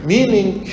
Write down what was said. Meaning